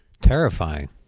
terrifying